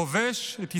הכובש את יצרו".